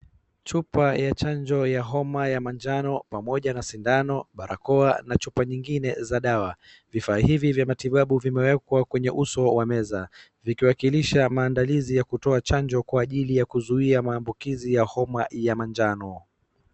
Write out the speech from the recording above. Chupa ya chanjo ya homa ya majano pamoja na sindano, barakoa na chupa nyingine za dawa. Vifaa hizi vya matibabu vimewekwa kwenye uso wa meza vikiwakilisha maandalizi ya kutoa chanjo kwa ajili ya kuzuia maambukizi ya homa ya majano.